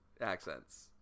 accents